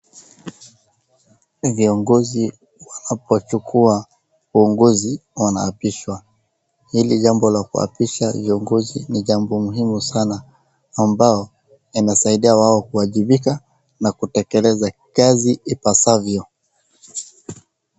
Viongozi wanapo chukua uongozi wanaapishwa. Hili jambo la kuapisha viongozi ni jambo muhimu sana ambao inasaidia wao kuwajibika na kutekeleza kazi ipasavyo.